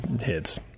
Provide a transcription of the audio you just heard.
hits